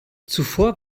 zuvor